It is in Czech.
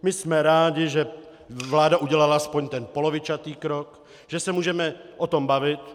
My jsme rádi, že vláda udělala aspoň ten polovičatý krok, že se můžeme o tom bavit.